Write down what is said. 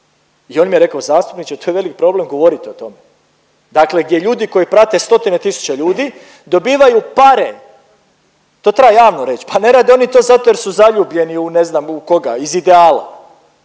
I on mi je rekao zastupniče to je veliki problem govoriti o tome. Dakle, gdje ljudi koji prate stotine tisuća ljudi dobivaju pare, to treba javno reći, pa ne rade oni to zato jer su zaljubljeni u ne znam u koga iz ideala.